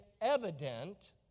evident